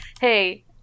hey